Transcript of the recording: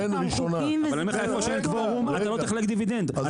אתה לא צריך להגיד דיוודנד,